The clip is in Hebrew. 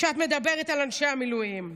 כשאת מדברת על אנשי המילואים.